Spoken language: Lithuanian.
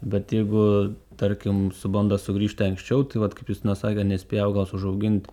bet jeigu tarkim su banda sugrįžti anksčiau tai vat kaip justina sakė nespėja augalas užaugint